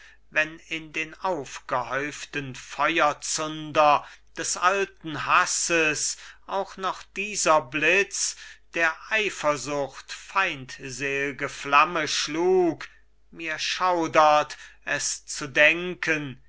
wenn in den aufgehäuften feuerzunder des alten hasses auch noch dieser blitz der eifersucht feindsel'ge flamme schlug mir schaudert es zu denken ihr